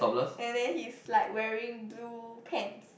and then he's like wearing blue pants